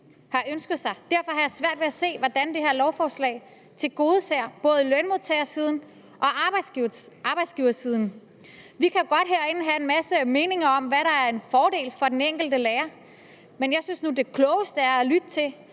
Derfor har jeg svært ved at se, hvordan det her lovforslag tilgodeser både lønmodtagersiden og arbejdsgiversiden. Vi kan godt herinde have en masse meninger om, hvad der er en fordel for den enkelte lærer, men jeg synes nu, det klogeste er at lytte til,